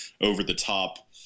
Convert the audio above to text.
over-the-top